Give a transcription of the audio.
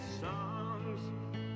songs